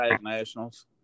nationals